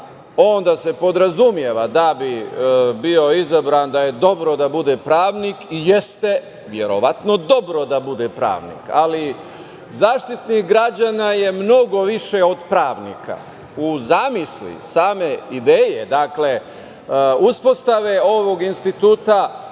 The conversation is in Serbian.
Onda se podrazumeva da bi bio izabran, da je dobro da bude pravnik i jeste verovatno dobro da bude pravnik, ali Zaštitnik građana je mnogo više od pravnika.U zamisli same ideje uspostave ovog instituta,